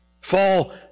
fall